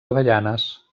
avellanes